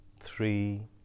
three